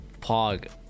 pog